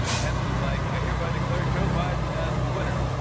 pence was like, i hereby declare joe biden as the winner.